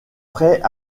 prêt